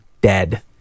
dead